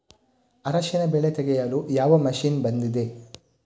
ಅರಿಶಿನ ಬೆಳೆ ತೆಗೆಯಲು ಯಾವ ಮಷೀನ್ ಬಂದಿದೆ?